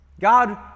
God